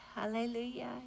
Hallelujah